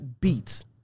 beats